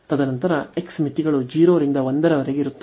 ತದನಂತರ x ಮಿತಿಗಳು 0 ರಿಂದ 1 ರವರೆಗೆ ಇರುತ್ತವೆ